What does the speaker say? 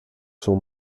son